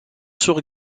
sur